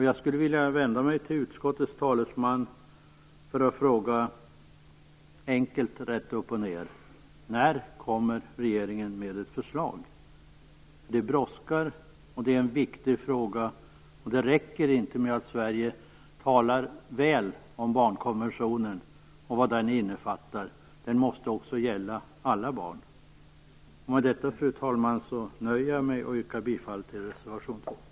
Jag vill vända mig till utskottets talesman för att enkelt och rätt upp och ned fråga: När kommer regeringen med ett förslag? Det brådskar, för det är en viktig fråga. Det räcker inte med att Sverige talar väl om barnkonventionen och vad den innefattar. Den måste också gälla alla barn. Med detta, fru talman, nöjer jag mig och yrkar bifall till reservation 2.